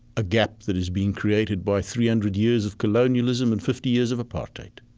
a gap that has been created by three hundred years of colonialism and fifty years of apartheid?